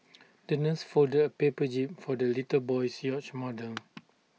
the nurse folded A paper jib for the little boy's yacht model